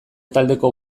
taldeko